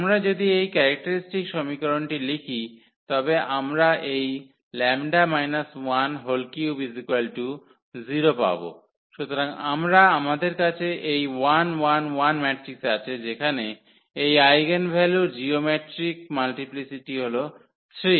আমরা যদি এই ক্যারেক্টারিস্টিক সমীকরণটি লিখি তবে আমরা এই 𝜆 130 পাব সুতরাং আবার আমাদের কাছে এই আছে যেখানে এই আইগেনভ্যালুর জিওমেট্রিক মাল্টিপ্লিসিটি হল 3